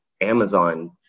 Amazon